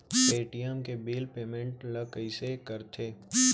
Paytm के bill payment ल कइसे करथे?